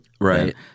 Right